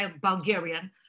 Bulgarian